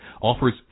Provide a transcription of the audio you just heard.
offers